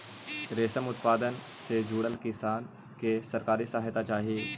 रेशम उत्पादन से जुड़ल किसान के सरकारी सहायता चाहि